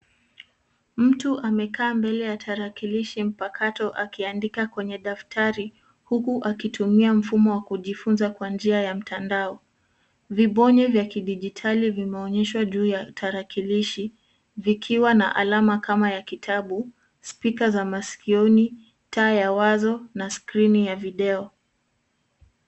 Mtu amekaa mbele ya tarakilishi mpakato akiandika kwenye daftari huku akitumia mfumo wa kujifunza kwa njia ya mtandao. Vibonyo vya kidijitali vimeonyeshwa juu ya tarakilishi vikiwa na alama kama ya kitabu, speka za masikioni, taa ya wazo na skrini ya video.